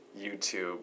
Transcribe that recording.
YouTube